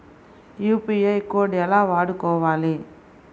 UPI code ఎలా వాడుకోవాలి?